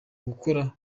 gukorana